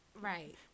Right